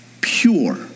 Pure